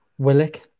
Willick